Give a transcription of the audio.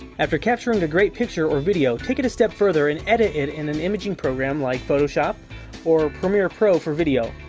after capturing a great picture or video, take it step further and edit it in an imaging program like photoshop or premier pro for video.